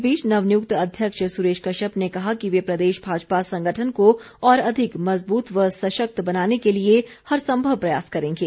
इस बीच नवनियुक्त अध्यक्ष सुरेश कश्यप ने कहा कि वे प्रदेश भाजपा संगठन को और अधिक मजबूत व सशक्त बनाने के लिए हर सम्भव प्रयास करेंगे